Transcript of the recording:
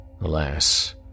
Alas